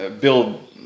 build